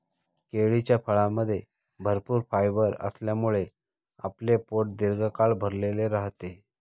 केळीच्या फळामध्ये भरपूर फायबर असल्यामुळे आपले पोट दीर्घकाळ भरलेले राहते